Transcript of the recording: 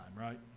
right